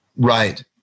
Right